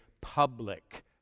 public